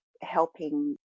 helping